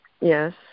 Yes